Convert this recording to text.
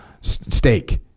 Steak